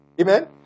Amen